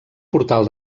portal